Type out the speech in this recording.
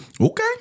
Okay